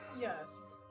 yes